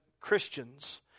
Christians